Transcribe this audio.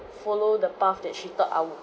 follow the path that she thought I would